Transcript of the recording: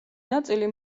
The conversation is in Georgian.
ნაწილი